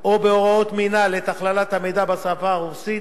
או בהוראות מינהל את הכללת המידע בשפה הרוסית